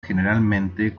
generalmente